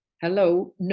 Hello